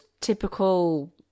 typical